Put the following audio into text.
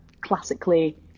classically